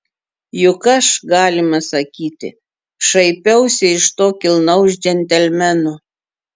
juk aš galima sakyti šaipiausi iš to kilnaus džentelmeno